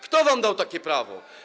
Kto wam dał takie prawo?